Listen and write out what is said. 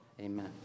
Amen